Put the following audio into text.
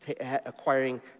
acquiring